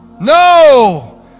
No